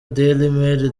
dailymail